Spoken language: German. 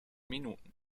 minuten